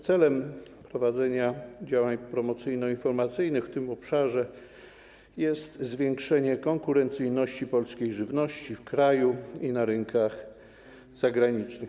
Celem prowadzenia działań promocyjno-informacyjnych w tym obszarze jest zwiększenie konkurencyjności polskiej żywności w kraju i na rynkach zagranicznych.